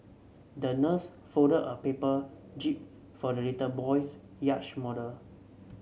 the nurse folded a paper jib for the little boy's yacht model